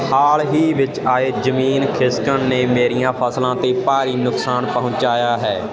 ਹਾਲ ਹੀ ਵਿੱਚ ਆਏ ਜਮੀਨ ਖਿਸਕਣ ਨੇ ਮੇਰੀਆਂ ਫਸਲਾਂ 'ਤੇ ਭਾਰੀ ਨੁਕਸਾਨ ਪਹੁੰਚਾਇਆ ਹੈ